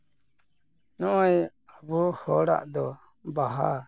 ᱱᱚᱜᱼᱚᱸᱭ ᱟᱵᱚ ᱦᱚᱲᱟᱜ ᱫᱚ ᱵᱟᱦᱟ